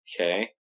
okay